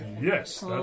Yes